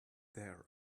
there